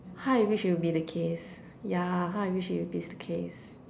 how I wish it will be the case yeah how I wish it will be the case